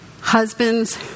husbands